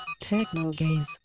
TechnoGaze